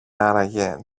άραγε